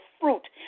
fruit